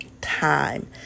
time